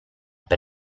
per